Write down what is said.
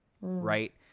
right